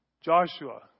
Joshua